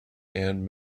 and